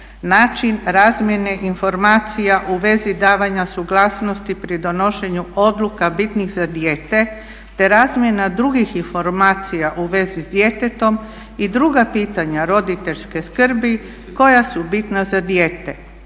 način razmjene informacija u vezi davanja suglasnosti pri donošenju odluka bitnih za dijete, te razmjena drugih informacija u vezi s djetetom i druga pitanja roditeljske skrbi koja su bitna za dijete.